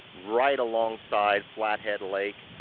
right alongside flathead lake,